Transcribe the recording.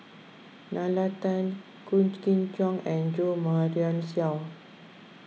Nalla Tan Wong Kin Jong and Jo Marion Seow